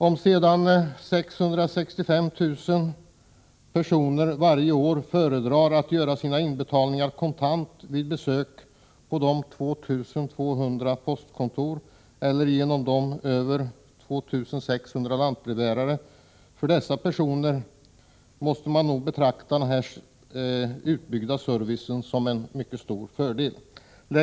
För de 665 000 personer som varje dag föredrar att göra sina betalningar kontant vid besök på de 2 200 postkontoren eller genom de 2 600 lantbrevbärarna är denna utbyggda service en stor fördel.